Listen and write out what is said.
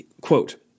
quote